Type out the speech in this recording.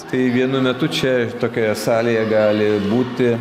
tai vienu metu čia tokioje salėje gali būti